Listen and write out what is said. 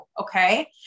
okay